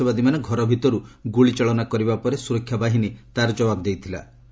ସନ୍ତାସବାଦୀମାନେ ଘରଭିତରୁ ଗୁଳିଚାଳନା କରିବାପରେ ସୁରକ୍ଷା ବାହିନୀ ତା'ର ଜବାବ ଦେଇଥିଲା